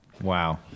Wow